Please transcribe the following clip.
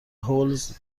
هولز